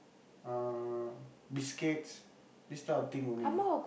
uh biscuits this type of thing only